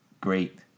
great